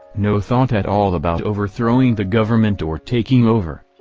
no thought at all about overthrowing the government or taking over.